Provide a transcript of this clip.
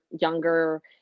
younger